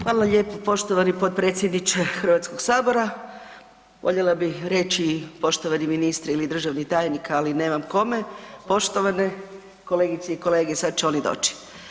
Hvala lijepo poštovani potpredsjedniče Hrvatskog sabora, voljela bi reći poštovani ministre ili državni tajnik ali nemam kome, poštovane kolegice i kolege, sad će oni doći.